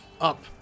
up